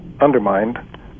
undermined